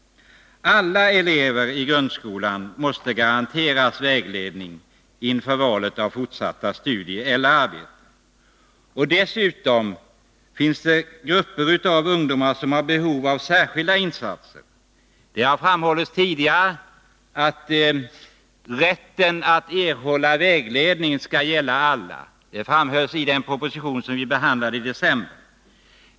Alla elever i grundskolan måste garanteras vägledning inför valet av fortsatta studier eller arbete. Dessutom finns det grupper av ungdomar som har behov av särskilda insatser. Det har framhållits tidigare att rätten att erhålla vägledning skall gälla alla. Det framhölls i en proposition som behandlades i december.